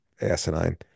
asinine